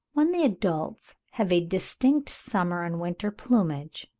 when the adults have a distinct summer and winter plumage,